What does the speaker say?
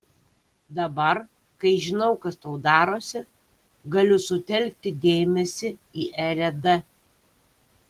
dabar kai žinau kas tau darosi galiu sutelkti dėmesį į elę d